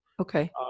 Okay